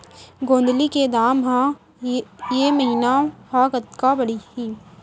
गोंदली के दाम ह ऐ महीना ह कतका बढ़ही?